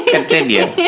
Continue